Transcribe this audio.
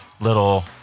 Little